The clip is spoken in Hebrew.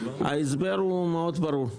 ההסבר הוא מאוד ברור.